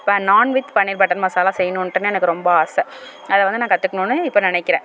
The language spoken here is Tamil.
இப்போ ப நான் வித் பன்னீர் பட்டர் மசாலா செய்யணுன்ட்டு எனக்கு ரொம்ப ஆசை அதை வந்து நான் கத்துக்கணுன்னு இப்போ நினக்கிறேன்